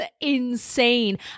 insane